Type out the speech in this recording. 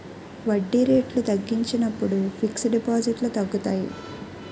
వడ్డీ రేట్లు తగ్గించినప్పుడు ఫిక్స్ డిపాజిట్లు తగ్గుతాయి